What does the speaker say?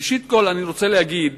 ראשית כול אני רוצה להגיד